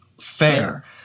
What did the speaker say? fair